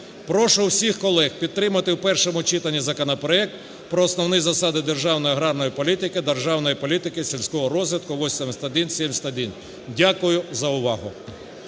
Прошу всіх колег підтримати у першому читанні законопроект про основні засади державної аграрної політики та державної політики сільського розвитку (8171). Дякую за увагу.